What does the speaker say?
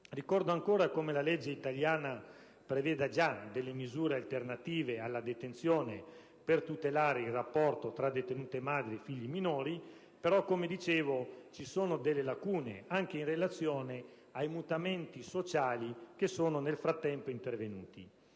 Ricordo ancora come la legge italiana preveda già delle misure alternative alla detenzione per tutelare il rapporto tra detenute madri e figli minori; però, come dicevo, vi sono lacune anche in relazione ai mutamenti sociali che sono nel frattempo intervenuti.